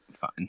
fine